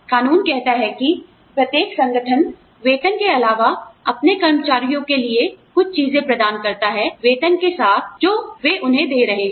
कानून कहता है कि प्रत्येक संगठन वेतन के अलावा अपने कर्मचारियों के लिए कुछ चीजें प्रदान करता है वेतन के साथ जो वे उन्हें दे रहे हैं